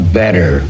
better